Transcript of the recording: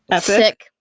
Sick